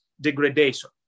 degradation